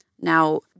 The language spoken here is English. Now